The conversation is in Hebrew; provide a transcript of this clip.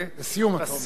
לסיום, אני אומר.